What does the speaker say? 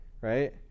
Right